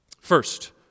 First